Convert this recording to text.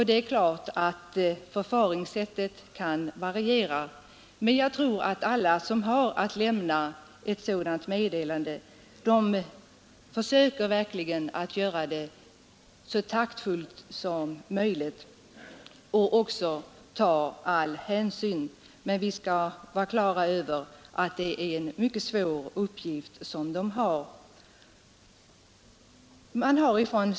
Det är klart att förfaringssätten kan variera, men jag tror att alla som har att lämna ett sådant meddelande verkligen försöker göra det så taktfullt som möjligt och även tar all möjlig hänsyn. Vi bör vara på det klara med att det är en mycket svår uppgift som de har.